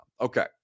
Okay